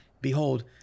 behold